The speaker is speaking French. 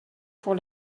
pour